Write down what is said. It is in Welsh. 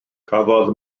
cafodd